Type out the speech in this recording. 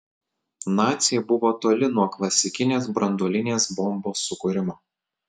naciai buvo toli nuo klasikinės branduolinės bombos sukūrimo